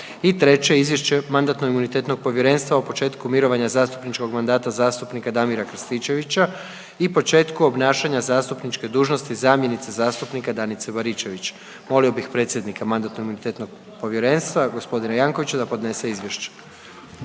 I treće, izvješće Mandatno-imunitetnog povjerenstva o početku mirovanja zastupničkog mandata zastupnika Damira Krstičevića i početku obnašanja zastupničke dužnosti zamjenice zastupnika Danice Baričević. Molio bih predsjednika Mandatno-imunitetnog povjerenstva gospodina Jankovića da podnese izvješće.